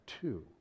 two